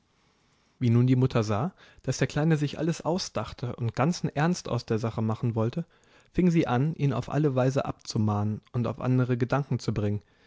wie nun die mutter sah daß der kleine sich alles ausdachte und ganzen ernst aus der sache machen wollte fing sie an ihn auf alle weise abzumahnen und auf andere gedanken zu bringen